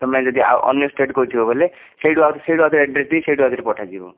ତୁମେ ଯଦି ଅନ୍ୟ ଷ୍ଟେଟ୍ କହିଥିବ ବଲେ ସେଇଠୁ ଆଉଥରେ ଆଡ଼୍ରେସ୍ ଦେଇ ସେଇଠୁ ଆଉ ଥରେ ପଠାଯିବ